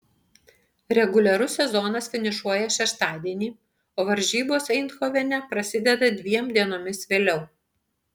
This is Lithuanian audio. reguliarus sezonas finišuoja šeštadienį o varžybos eindhovene prasideda dviem dienomis vėliau